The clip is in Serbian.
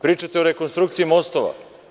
Pričate o rekonstrukciji mostova.